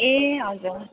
ए हजुर